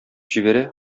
җибәрә